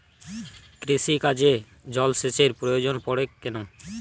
কৃষিকাজে জলসেচের প্রয়োজন পড়ে কেন?